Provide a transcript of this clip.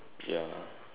ya